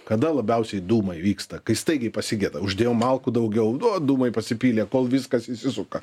kada labiausiai dūmai vyksta kai staigiai pasigeda uždėjom malkų daugiau nu vat dūmai pasipylė kol viskas įsisuka